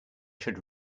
should